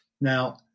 Now